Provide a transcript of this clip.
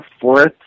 fourth